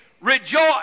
rejoice